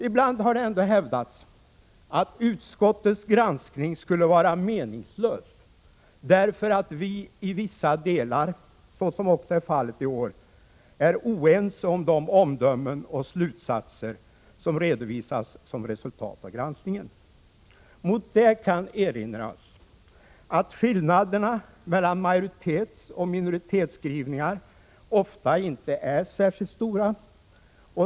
Ibland har det hävdats att utskottets granskning skulle vara meningslös, därför att vi i vissa delar — vilket också är fallet i år — är oense om de omdömen och slutsatser som redovisas som resultat av granskningen. Mot det kan erinras att skillnaderna mellan majoritetsoch minoritetsskrivningar ofta inte är särskilt stora.